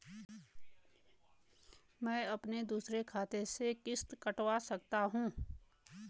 मैं अपने दूसरे खाते से किश्त कटवा सकता हूँ?